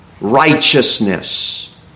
righteousness